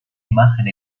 imagen